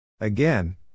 Again